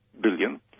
billion